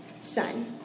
Son